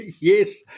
Yes